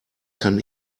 kann